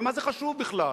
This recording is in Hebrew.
ומה זה חשוב בכלל?